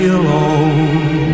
alone